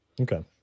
Okay